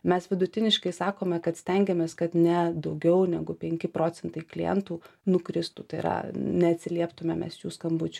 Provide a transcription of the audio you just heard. mes vidutiniškai sakome kad stengiamės kad ne daugiau negu penki procentai klientų nukristų tai yra neatsilieptume mes jų skambučių